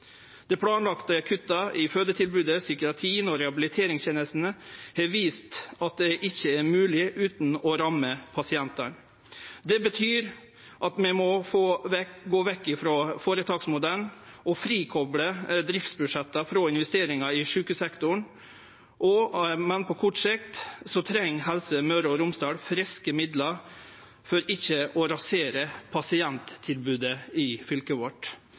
Dei planlagde kutta i fødetilbodet, psykiatrien og rehabiliteringstenestene har vist at det ikkje er mogleg utan å ramme pasientane. Det betyr at vi må gå vekk frå føretaksmodellen og kople driftsbudsjetta fri frå investeringar i sjukehussektoren. Men på kort sikt treng Helse Møre og Romsdal friske midlar for ikkje å rasere pasienttilbodet i